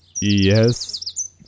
Yes